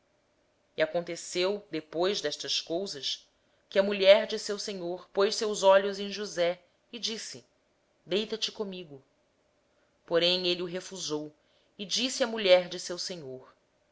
e aconteceu depois destas coisas que a mulher do seu senhor pôs os olhos em josé e lhe disse deita te comigo mas ele recusou e disse à mulher do seu senhor